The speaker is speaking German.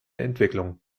entwicklung